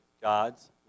God's